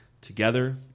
together